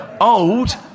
old